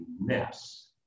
mess